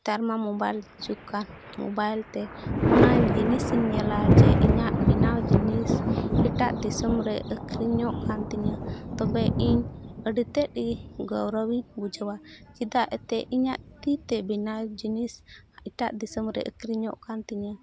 ᱱᱮᱛᱟᱨ ᱢᱟ ᱢᱳᱵᱟᱭᱤᱞ ᱡᱩᱜᱽ ᱠᱟᱱ ᱢᱳᱵᱟᱭᱤᱞᱛᱮ ᱚᱱᱟ ᱡᱤᱱᱤᱥᱤᱧ ᱧᱮᱞᱟ ᱡᱮ ᱤᱧᱟᱹᱜ ᱵᱮᱱᱟᱣ ᱡᱤᱱᱤᱥ ᱮᱴᱟᱜ ᱫᱤᱥᱚᱢ ᱨᱮ ᱟᱹᱠᱷᱨᱤᱧᱚᱜ ᱠᱟᱱ ᱛᱤᱧᱟᱹ ᱛᱚᱵᱮ ᱤᱧ ᱟᱹᱰᱤᱛᱮᱫ ᱜᱮ ᱜᱚᱨᱚᱵᱤᱧ ᱵᱩᱡᱷᱟᱹᱣᱟ ᱪᱮᱫᱟᱜ ᱮᱱᱛᱮᱫ ᱤᱧᱟᱹᱜ ᱛᱤ ᱛᱮ ᱵᱮᱱᱟᱣ ᱡᱤᱱᱤᱥ ᱮᱴᱟᱜ ᱫᱤᱥᱚᱢ ᱨᱮ ᱟᱹᱠᱷᱨᱤᱧᱚᱜ ᱠᱟᱱ ᱛᱤᱧᱟᱹ